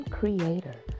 creator